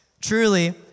Truly